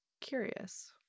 curious